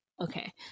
okay